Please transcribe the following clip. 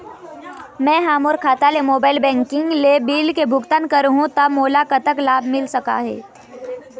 मैं हा मोर खाता ले मोबाइल बैंकिंग ले बिल के भुगतान करहूं ता मोला कतक लाभ मिल सका थे?